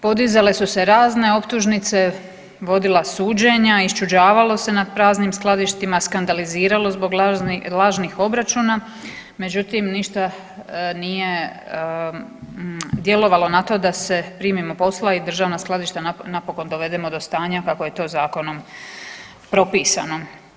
Podizale su se razne optužnice, vodila suđenja, iščuđavalo se nad praznim skladištima, skandaliziralo zbog lažnih obračuna, međutim ništa nije djelovalo na to da se primimo posla i državna skladišta napokon dovedemo do stanja kako je to zakonom propisano.